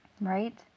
right